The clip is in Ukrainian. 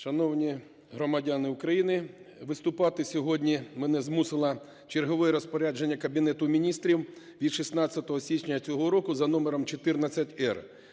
Шановні громадяни України, виступати сьогодні мене змусило чергове Розпорядження Кабінету Міністрів від 16 січня цього року за номером 14-р.